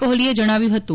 કોહલીએ જણાવ્યું હતું